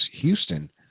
Houston